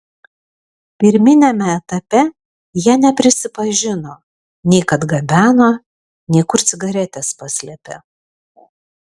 pirminiame etape jie neprisipažino nei kad gabeno nei kur cigaretes paslėpė